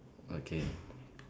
okay